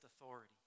authority